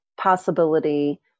possibility